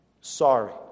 sorry